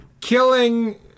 killing